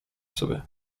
sobie